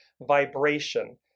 vibration